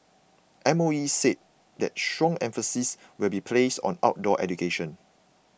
M O E said that strong emphasis will be placed on outdoor education